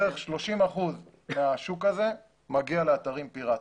בערך 30 אחוזים מהשוק הזה מגיע לאתרים פירטיים.